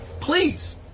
Please